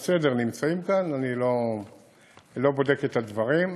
אני לא בודק את הדברים.